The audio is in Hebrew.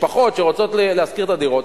משפחות שרוצות לשכור את הדירות,